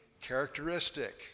characteristic